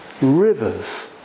rivers